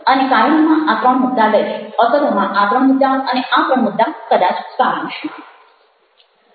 અને કારણોમાં આ ત્રણ મુદ્દા લઇશ અસરોમાં આ ત્રણ મુદ્દા અને આ ત્રણ મુદ્દા કદાચ સારાંશમાં